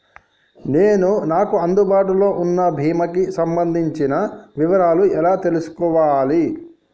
నేను నాకు అందుబాటులో ఉన్న బీమా కి సంబంధించిన వివరాలు ఎలా తెలుసుకోవాలి?